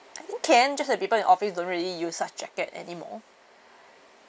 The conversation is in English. I think can just that people in office don't really use such jacket anymore